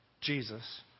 Jesus